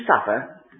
suffer